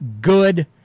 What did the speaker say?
Good